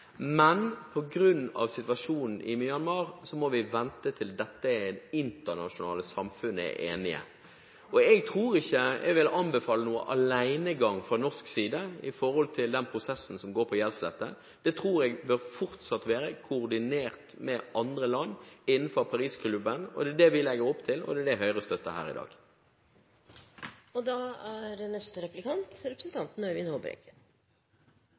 men pga. situasjonen i Myanmar må vi vente til det internasjonale samfunn er enige. Jeg tror ikke jeg vil anbefale noen alenegang fra norsk side når det gjelder prosessen med gjeldsslette. Den tror jeg fortsatt bør være koordinert med andre land innenfor Parisklubben, og det er det vi legger opp til, og det er det Høyre støtter her i dag. Når jeg leser proposisjonen, må jeg si at jeg er